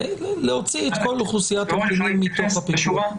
להוציא את כל אוכלוסיית הקטינים מתוך הפיקוח.